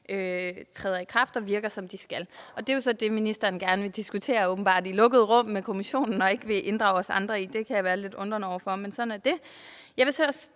træder i kraft og virker, som de skal. Det er jo så det, ministeren gerne vil diskutere – men åbenbart i lukkede rum med Kommissionen – men som han ikke vil inddrage os andre i. Det kan jeg undre mig lidt over, men sådan er det. Jeg vil så